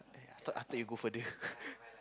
I thought I thought you go further